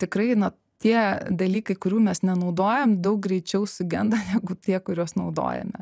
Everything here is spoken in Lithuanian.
tikrai na tie dalykai kurių mes nenaudojam daug greičiau sugenda negu tie kuriuos naudojame